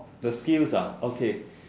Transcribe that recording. the skills ah okay